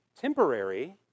temporary